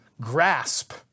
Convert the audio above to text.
grasp